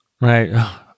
Right